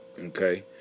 okay